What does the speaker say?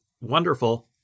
wonderful